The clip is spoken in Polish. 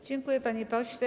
Dziękuję, panie pośle.